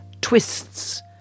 twists